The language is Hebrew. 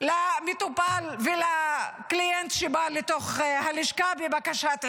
למטופל ולקליינט שבא ללשכה בבקשת עזרה?